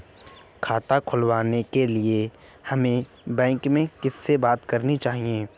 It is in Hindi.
खाता खुलवाने के लिए हमें बैंक में किससे बात करनी चाहिए?